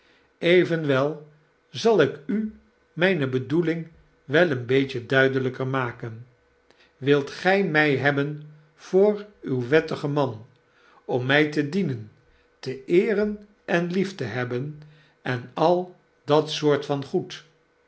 evenwel zal ik u mijne bedoeling wel een beetje duidelijker maken wilt gij mij hebben voor uw wettigen man om mij te dienen te eeren en lief te hebben en al dat soort van goed